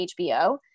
HBO